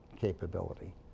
capability